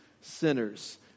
sinners